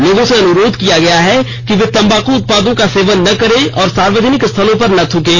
लोगों से अनुरोध किया गया है कि वे तंबाकू उत्पादों का सेवन न करें और सार्वजनिक स्थलों पर न थूकें